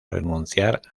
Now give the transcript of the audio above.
renunciar